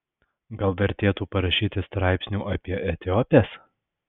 gal vertėtų parašyti straipsnių apie etiopes